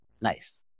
nice